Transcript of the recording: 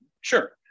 sure